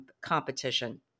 competition